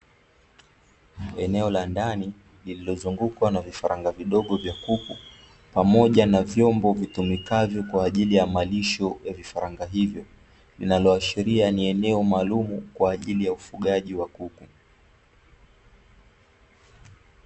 Eneo la ndani lililozungukwa na vifaranga vidogo vya kuku, pamoja na vyombo vitumikavyo kwa kwa ajili ya malisho ya vifaranga hivyo, linaloashiria ni eneo maalumu kwa ajili ya ufugaji wa kuku.